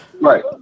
Right